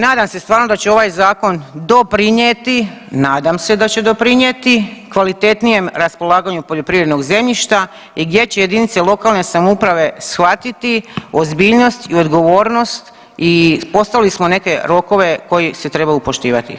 Ovaj nadam se stvarno da će ovaj zakon doprinijeti, nadam se da će doprinijeti kvalitetnijem raspolaganju poljoprivrednog zemljišta i gdje će jedinice lokalne samouprave shvatiti ozbiljnost i odgovornost i postavili smo neke rokove koji se trebaju poštivati.